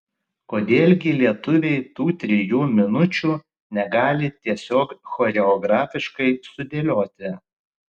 kodėl gi lietuviai tų trijų minučių negali tiesiog choreografiškai sudėlioti